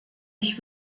ich